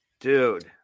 dude